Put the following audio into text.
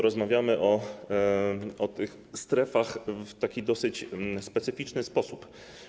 Rozmawiamy o tych strefach w dosyć specyficzny sposób.